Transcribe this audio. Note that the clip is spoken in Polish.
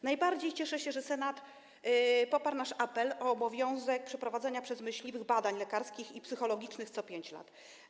Najbardziej cieszę się, że Senat poparł nasz apel o wprowadzenie obowiązku przeprowadzania przez myśliwych badań lekarskich i psychologicznych co 5 lat.